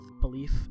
belief